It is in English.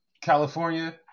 California